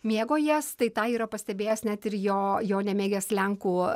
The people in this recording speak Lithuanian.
mėgo jas tai tą yra pastebėjęs net ir jo jo nemėgęs lenkų